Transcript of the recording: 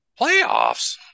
Playoffs